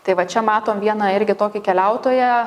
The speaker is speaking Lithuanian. tai va čia matom vieną irgi tokį keliautoją